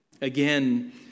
again